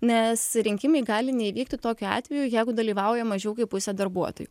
nes rinkimai gali neįvykti tokiu atveju jeigu dalyvauja mažiau kaip pusė darbuotojų